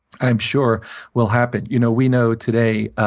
i'm sure will happen. you know we know, today,